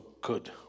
good